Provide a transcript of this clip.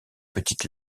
petites